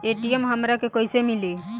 ATM हमरा के कइसे मिली?